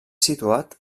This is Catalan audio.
situat